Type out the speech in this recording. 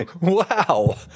Wow